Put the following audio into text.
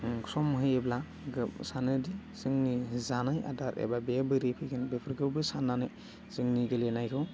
सम होयोब्ला सानोदि जोंनि जानाय आदार एबा बे बोरै फैगोन बेफोरखौबो सान्नानै जोंनि गेलेनायखौ